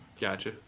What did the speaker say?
Gotcha